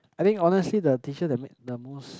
I think honestly the teacher that make the most